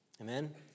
Amen